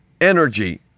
energy